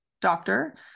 doctor